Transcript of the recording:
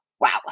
Wow